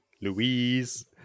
Louise